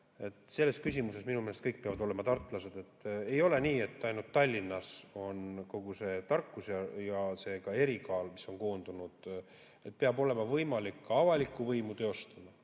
selles küsimuses minu meelest kõik peavad olema tartlased. Ei ole nii, et ainult Tallinnas on kogu see tarkus ja erikaal, mis on koondunud, vaid peab olema võimalik avalikku võimu teostada